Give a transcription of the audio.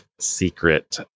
secret